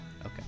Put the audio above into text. Okay